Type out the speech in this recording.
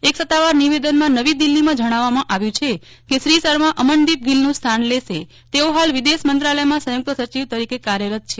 એક સત્તાવાર નિવેદનમાં નવી દિલ્હીમાં જણાવવામાં આવ્યું છે કે શ્રી શર્મા અમનદીપગીલનું સ્થાન લેશે તેઓ હાલ વિદેશ મંત્રાલયમાં સંયુક્તસચિવ તરીકે કાર્યરત છે